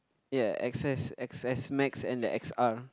ya x_s x_s-max and the X_R